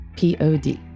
Pod